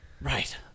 right